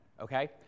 okay